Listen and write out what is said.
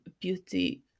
beauty